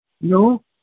no